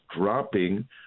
dropping